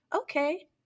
okay